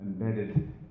embedded